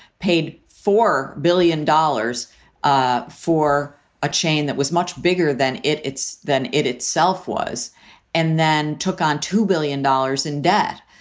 paid four billion dollars ah for a chain that was much bigger than it it's than it itself was and then took on two billion dollars in debt.